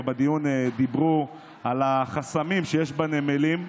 בדיון דיברו על החסמים שיש בנמלים,